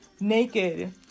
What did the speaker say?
Naked